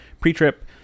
pre-trip